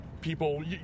people